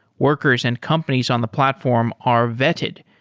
workers and companies on the platform are vetted,